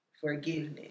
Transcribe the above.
forgiveness